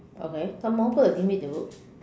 okay some more cause I didn't read the book